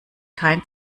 kein